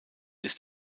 ist